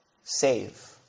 Save